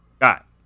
Got